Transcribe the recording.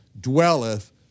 dwelleth